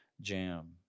jam